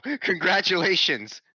congratulations